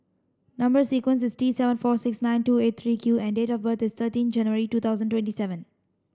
number sequence is T seven four six nine two eight three Q and date of birth is thirteen January two thousand twenty seven